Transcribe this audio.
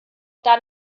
dann